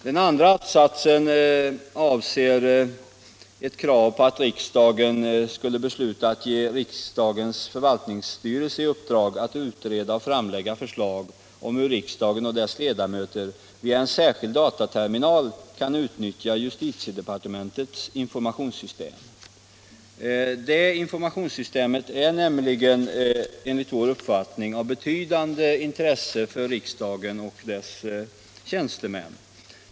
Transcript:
Den andra att-satsen avser ett krav på att riksdagen skulle besluta att ge riksdagens förvaltningsstyrelse i uppdrag att framlägga förslag om hur riksdagen och dess ledamöter via en särskild dataterminal kan utnyttja justitiedepartementets informationssystem. Detta informationssystem är nämligen enligt vår uppfattning av betydande intresse för riksdagen och dess tjänstemän.